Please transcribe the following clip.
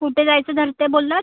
कुठे जायचं ठरते बोललात